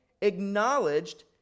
acknowledged